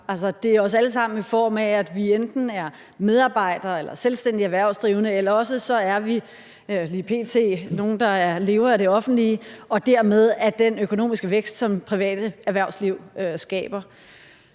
Det er os alle sammen, i form af at vi enten er medarbejdere eller selvstændige erhvervsdrivende, eller også er vi lige p.t. nogle, der lever af det offentlige og dermed nyder godt af den økonomiske vækst, som det private erhvervsliv skaber.